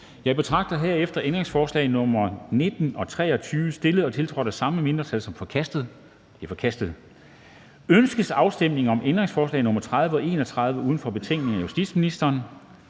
Jeg betragter herefter ændringsforslag nr. 19 og 23, stillet og tiltrådt af det samme mindretal, som forkastet. De er forkastet. Ønskes afstemning om ændringsforslag nr. 30 og 31 uden for betænkningen af justitsministeren,